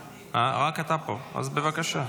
רק אתה פה, אז בבקשה.